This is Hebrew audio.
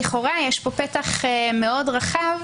לכאורה יש פה פתח מאוד רחב,